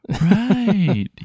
Right